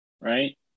right